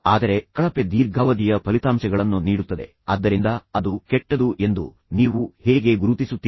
ಆದರೆ ಕಳಪೆ ದೀರ್ಘಾವಧಿಯ ಫಲಿತಾಂಶಗಳನ್ನು ನೀಡುತ್ತದೆ ಆದ್ದರಿಂದ ಅದು ಕೆಟ್ಟದು ಎಂದು ನೀವು ಹೇಗೆ ಗುರುತಿಸುತ್ತೀರಿ